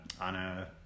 Anna